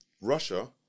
Russia